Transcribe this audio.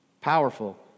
powerful